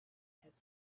had